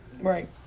Right